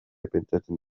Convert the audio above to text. pentsatzen